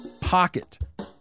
pocket